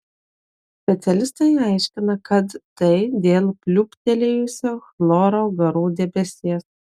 specialistai aiškina kad tai dėl pliūptelėjusio chloro garų debesies